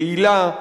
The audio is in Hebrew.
יעילה,